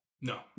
No